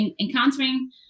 encountering